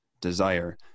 desire